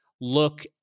look